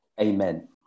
Amen